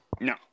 No